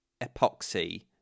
epoxy